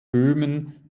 böhmen